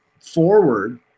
forward